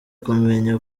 kumenya